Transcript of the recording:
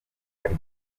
ariko